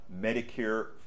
Medicare